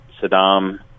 Saddam